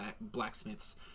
blacksmith's